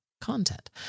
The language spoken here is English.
content